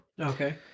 Okay